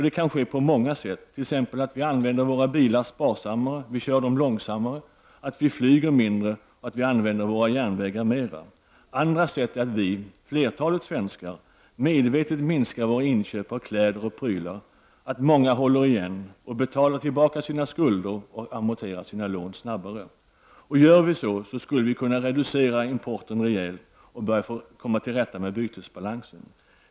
Det kan ske på många sätt, som t.ex. att vi använder våra bilar sparsammare, att vi kör dem långsammare, att vi flyger mindre och att vi använder våra järnvägar mera. Andra sätt är att vi — flertalet svenskar — medvetet minskar våra inköp av kläder och prylar. Dessutom att många av oss håller igen och betalar tillbaka skulder och amorterar lån snabbare. Gör vi så skulle vi kunna reducera importen rejält och börja få rätsida på bytesbalansen.